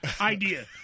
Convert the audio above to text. idea